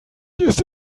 ist